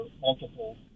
multiple